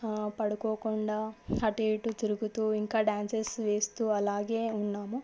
ఆ పడుకోకుండా అటుఇటు తిరుగుతు ఇంకా డ్యాన్సెస్ వేస్తు అలాగే ఉన్నాము